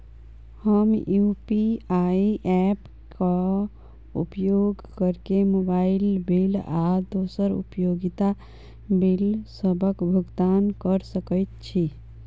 हम UPI app क उपयोग करके मोबाइल बिल आ दोसर उपयोगिता बिलसबक भुगतान कर सकइत छि